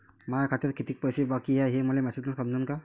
माया खात्यात कितीक पैसे बाकी हाय हे मले मॅसेजन समजनं का?